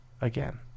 again